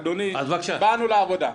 אדוני, באנו לעבודה.